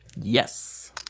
Yes